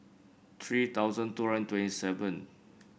three thousand two hundred twenty seven